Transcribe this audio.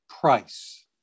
price